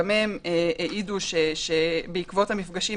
גם הן העידו שבעקבות המפגשים,